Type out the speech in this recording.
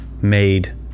made